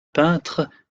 peintre